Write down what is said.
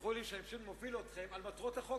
תסלחו לי שאני פשוט מוביל אתכם אל מטרות החוק,